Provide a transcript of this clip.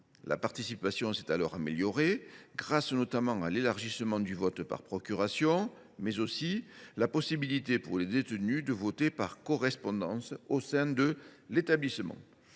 La participation s’est alors améliorée, grâce notamment à l’élargissement du vote par procuration, mais aussi à la possibilité pour les détenus de voter par correspondance au sein de leur établissement.